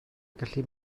gallu